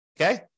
okay